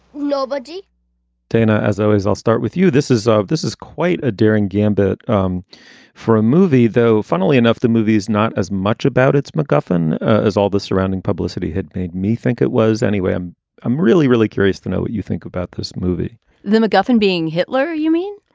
nobody dana, as always, i'll start with you. this is. ah this is quite a daring gambit um for a movie, though. funnily enough, the movie is not as much about its macguffin as all the surrounding publicity had made me think it was anyway. i'm i'm really, really curious to know what you think about this movie the mcguffin being hitler, you mean?